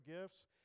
gifts